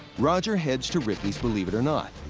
roger heads to ripley's believe it or not,